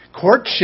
courtship